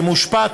שמושפע,